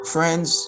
Friends